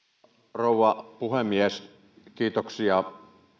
rouva puhemies kiitoksia